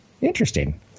interesting